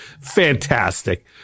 fantastic